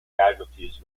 casualties